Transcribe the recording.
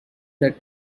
that